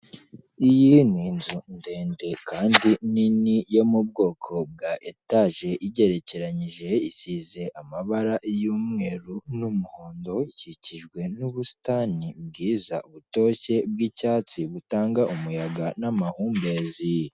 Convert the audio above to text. Iyi ni inzu ndende kandi nini yo mu bwoko bwa etaje, igerekeranije, isize amabara y'umweru n'umuhondo, ikikijwe n'ubusitani bwiza, butoshye bw'icyatsi butanga umuyaga n'amahumbezi.